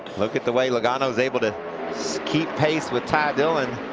look at the way logano is able to keep pace with ty dillon,